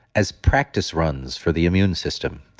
as practice runs for the immune system.